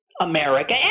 America